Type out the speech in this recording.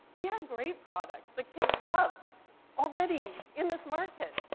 we had great products that kids loved already in this market,